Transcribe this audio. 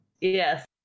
Yes